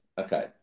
okay